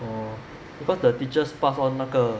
because the teachers pass on 那个